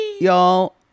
Y'all